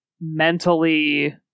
mentally